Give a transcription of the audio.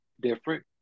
different